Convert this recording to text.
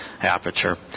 aperture